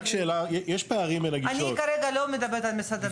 אני כרגע לא מדברת על משרד הבריאות.